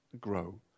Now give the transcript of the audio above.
grow